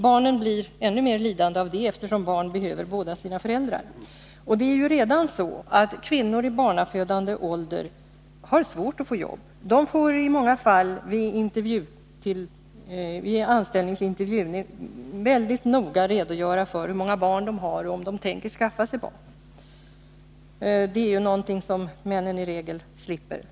Barnen blir ännu mer lidande av det, eftersom barn behöver båda sina föräldrar. Det är redan så att kvinnor i barnafödande åldrar har svårt att få jobb. De får i många fall vid anställningsintervjun mycket noga redogöra för hur många barn de har och om de tänker skaffa sig barn. Det är någonting som männen i regel slipper.